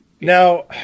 Now